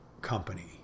company